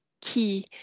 key